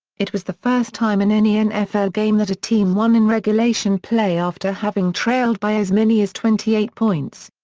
it was the first time in any nfl game that a team won in regulation play after having trailed by as many as twenty eight points.